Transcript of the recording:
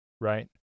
right